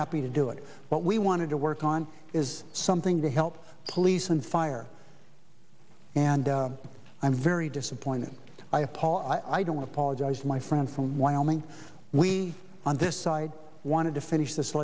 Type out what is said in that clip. happy to do it but we wanted to work on is something to help police and fire and i'm very disappointed i have paul i don't apologize my friend from wyoming we on this side wanted to finish this